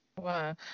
Wow